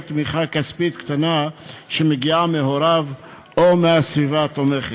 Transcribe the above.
תמיכה כספית קטנה שמגיעה מהוריו או מהסביבה התומכת.